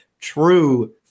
true